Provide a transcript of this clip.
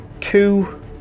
two